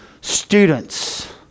students